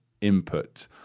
input